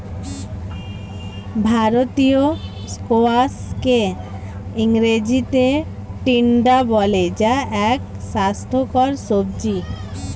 ভারতীয় স্কোয়াশকে ইংরেজিতে টিন্ডা বলে যা এক স্বাস্থ্যকর সবজি